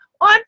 on